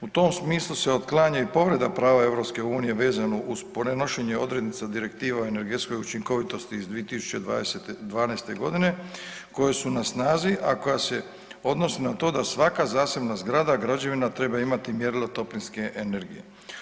U tom smislu se otklanja i povreda prava EU vezano uz prenošenje odrednica Direktiva o energetskoj učinkovitosti iz 2012. koje su na snazi, a koje se odnose na to da svaka zasebna zgrada, građevina treba imati mjerilo toplinske energije.